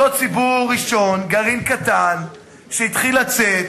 אותו ציבור ראשון, גרעין קטן, שהתחיל לצאת,